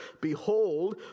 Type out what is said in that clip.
behold